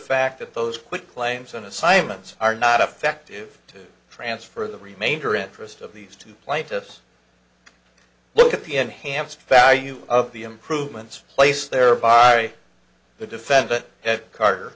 fact that those quick claims and assignments are not effective to transfer the remainder interest of these two plaintiffs look at the enhanced value of the improvements placed there by the defendant carter